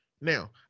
Now